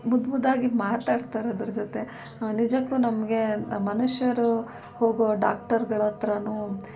ಮುದ್ದು ಮುದ್ದಾಗಿ ಮಾತಾಡಿಸ್ತಾರೆ ಅದರ ಜೊತೆ ನಿಜಕ್ಕೂ ನಮಗೆ ಮನುಷ್ಯರು ಹೋಗೋ ಡಾಕ್ಟರುಗಳ ಹತ್ರವೂ